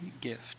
gift